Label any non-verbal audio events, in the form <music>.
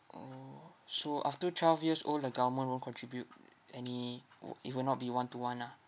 orh so after twelve years old the government won't contribute <noise> any oo it would not be one to one ah